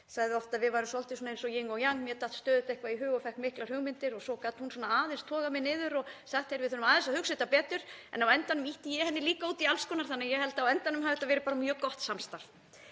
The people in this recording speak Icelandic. sagði oft að við værum svolítið eins og yin og yang; mér datt stöðugt eitthvað í hug og fékk miklar hugmyndir og svo gat hún aðeins togað mig niður og sagt: Við þurfum aðeins að hugsa þetta betur. En á endanum ýtti ég henni líka út í alls konar þannig að ég held að þegar upp var staðið hafi þetta bara verið mjög gott samstarf.